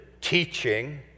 teaching